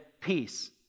peace